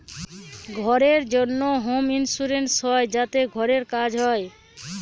ঘরের জন্য home insurance হয় যাতে ঘরের কাজ হয়